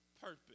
purpose